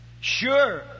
Sure